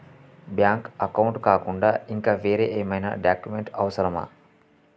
Bank account కాకుండా ఇంకా వేరే ఏమైనా డాక్యుమెంట్స్ అవసరమా?